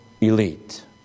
elite